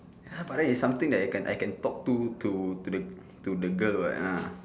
ya but then is something that I can I can talk to to to the to the girl [what] ah